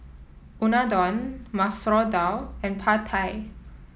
Unadon Masoor Dal and Pad Thai